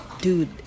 dude